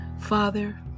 Father